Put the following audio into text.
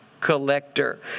collector